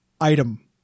Item